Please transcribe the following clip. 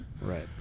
right